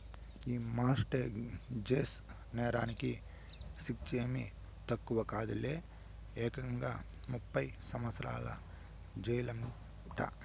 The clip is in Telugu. ఈ మార్ట్ గేజ్ నేరాలకి శిచ్చేమీ తక్కువ కాదులే, ఏకంగా ముప్పై సంవత్సరాల జెయిలంట